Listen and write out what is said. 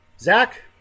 Zach